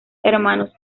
hermanos